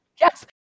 Yes